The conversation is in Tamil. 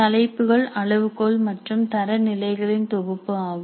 தலைப்புகள் அளவுகோல் மற்றும் தர நிலைகளின் தொகுப்பு ஆகும்